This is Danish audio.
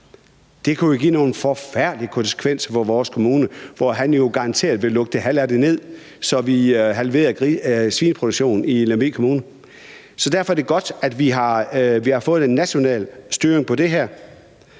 det kunne jo give nogle forfærdelige konsekvenser for vores kommune, hvor han jo garanteret ville lukke det halve af det ned, så vi halverede svineproduktionen i Lemvig Kommune. Så derfor er det godt, at vi har fået en national styring af det her.